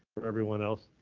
for everyone else.